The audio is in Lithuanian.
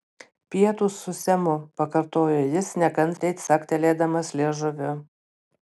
pietūs su semu pakartojo jis nekantriai caktelėdamas liežuviu